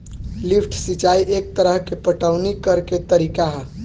lift सिंचाई एक तरह के पटवनी करेके तरीका ह